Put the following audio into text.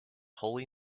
holy